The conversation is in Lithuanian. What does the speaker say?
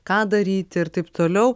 ką daryti ir taip toliau